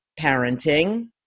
parenting